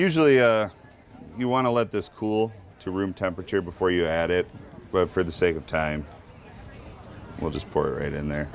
usually you want to let this cool to room temperature before you add it but for the sake of time well just pour it in there